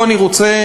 פה אני רוצה,